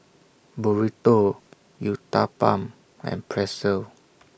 Burrito Uthapam and Pretzel